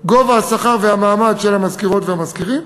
גובה השכר והמעמד של המזכירות והמזכירים,